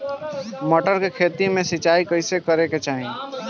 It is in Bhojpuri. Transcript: मटर के खेती मे सिचाई कइसे करे के चाही?